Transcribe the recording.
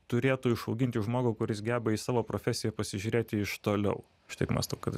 turėtų išauginti žmogų kuris geba į savo profesiją pasižiūrėti iš toliau aš taip mąstau kad